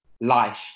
life